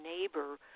neighbor